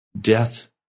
death